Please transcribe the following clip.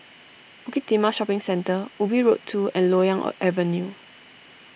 Bukit Timah Shopping Centre Ubi Road two and Loyang Avenue